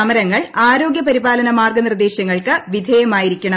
സമരങ്ങൾ ആരോഗൃ പരിപാലന മാർഗ്ഗ നിർദ്ദേശങ്ങൾക്ക് വിധേയമായിരിക്കണം